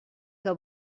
que